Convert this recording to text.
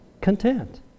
content